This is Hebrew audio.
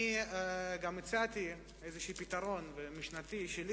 אני גם הצעתי פתרון שלי,